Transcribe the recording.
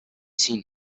seen